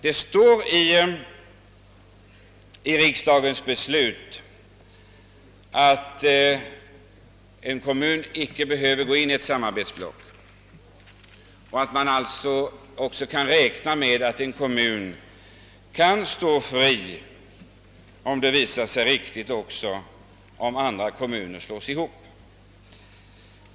Det står ändå i riksdagens beslut att en kommun skall ha avgörande inflytande vid ingående i ett samarbetsblock och att man alltså kan räkna med att en kommun kan stå fri, även om andra kommuner slås ihop.